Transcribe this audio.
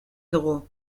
dugu